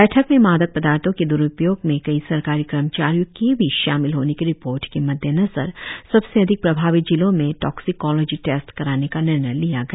बैठक में मादक पदार्थो के द्रुपयोग में कई सरकारी कर्मचारियों के भी शामिल होने की रिपोर्ट के मद्देनजर सबसे अधिक प्रभावित जिलों में टाक्सिकोलोजी टेस्ट कराने का निर्णय लिया गया